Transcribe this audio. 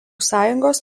sąjungos